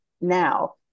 now